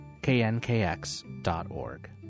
knkx.org